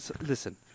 listen